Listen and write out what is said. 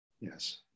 Yes